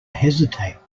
hesitate